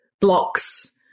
blocks